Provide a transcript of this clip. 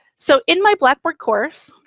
so in my blackboard course,